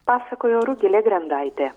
pasakojo rugilė grendaitė